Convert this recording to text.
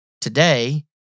Today